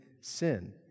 sin